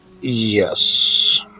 Yes